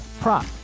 prop